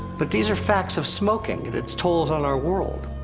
but these are facts of smoking and its tolls on our world.